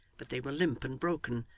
but they were limp and broken,